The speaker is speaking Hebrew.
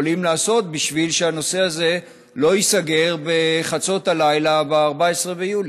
יכולים לעשות כדי שהנושא הזה לא ייסגר בחצות הלילה ב-14 ביולי?